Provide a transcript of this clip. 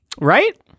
Right